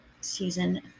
season